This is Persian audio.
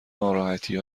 ناراحتی